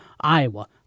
Iowa